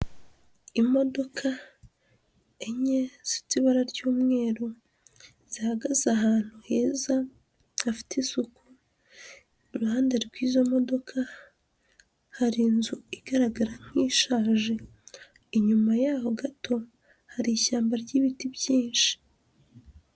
Imodoka enye zifite ibara ry'umweru, zihagaze ahantu heza hafite isuku, iruhande rw'izo modoka hari inzu igaragara nk'ishaje, inyuma yaho gato hari ishyamba ry'ibiti byinshi.